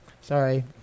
sorry